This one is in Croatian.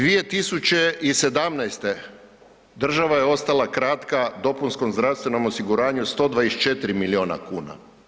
2017. država je ostala kratka dopunskom zdravstvenom osiguranju 124 milijuna kuna.